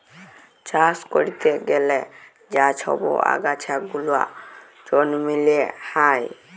চাষ ক্যরতে গ্যালে যা ছব আগাছা গুলা জমিল্লে হ্যয়